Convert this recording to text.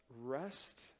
rest